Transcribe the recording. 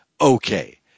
okay